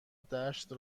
دشت